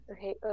Okay